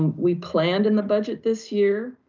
we planned in the budget this year,